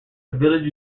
village